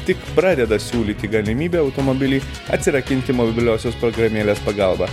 tik pradeda siūlyti galimybę automobilį atsirakinti mobiliosios programėlės pagalba